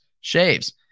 shaves